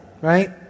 right